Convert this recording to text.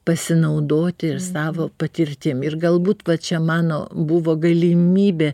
pasinaudoti ir savo patirtim ir galbūt pačia mano buvo galimybė